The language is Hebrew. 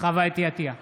חוה אתי עטייה,